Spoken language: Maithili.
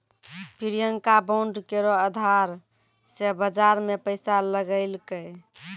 प्रियंका बांड केरो अधार से बाजार मे पैसा लगैलकै